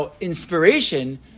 inspiration